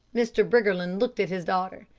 mr. briggerland looked at his daughter.